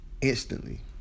Instantly